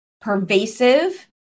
pervasive